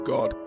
God